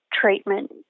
treatment